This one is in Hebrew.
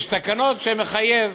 ואז יש תקנות שמחייבות.